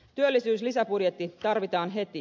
työllisyyslisäbudjetti tarvitaan heti